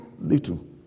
little